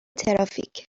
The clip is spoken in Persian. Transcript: ترافیک